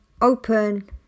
open